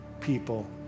people